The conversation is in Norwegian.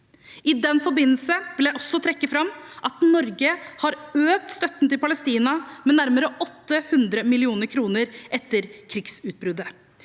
I den forbindelse vil jeg også trekke fram at Norge har økt støtten til Palestina med nærmere 800 mill. kr etter krigsutbruddet.